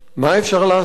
מה אפשר לעשות?